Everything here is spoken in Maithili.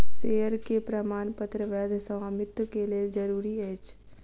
शेयर के प्रमाणपत्र वैध स्वामित्व के लेल जरूरी अछि